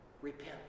repent